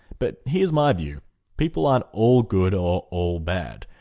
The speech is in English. but here's my view people aren't all good or all bad.